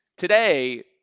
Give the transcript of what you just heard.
Today